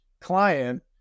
client